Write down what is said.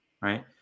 right